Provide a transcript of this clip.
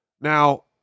Now